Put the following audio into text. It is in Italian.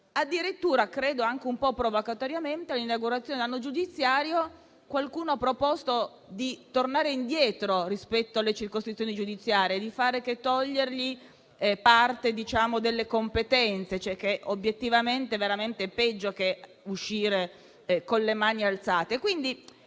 Addirittura - credo anche un po' provocatoriamente - all'inaugurazione dell'anno giudiziario qualcuno ha proposto di tornare indietro rispetto alle circoscrizioni giudiziarie, togliendo loro parte delle competenze, che è obiettivamente peggio che uscire con le mani alzate.